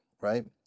right